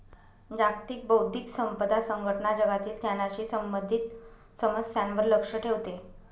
जागतिक बौद्धिक संपदा संघटना जगातील ज्ञानाशी संबंधित समस्यांवर लक्ष ठेवते